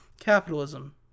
capitalism